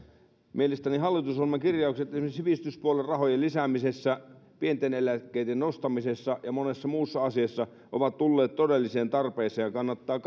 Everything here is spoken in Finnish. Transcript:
mielestäni hallitusohjelman kirjaukset esimerkiksi sivistyspuolen rahojen lisäämisessä pienten eläkkeiden nostamisessa ja monessa muussa asiassa ovat tulleet todelliseen tarpeeseen kannattaa